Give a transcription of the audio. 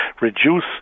reduce